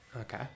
Okay